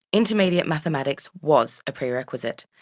intermediate mathematics was a prerequisite.